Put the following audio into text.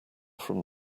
from